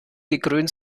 gekrönt